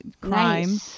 crime